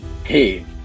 Hey